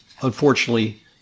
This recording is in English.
unfortunately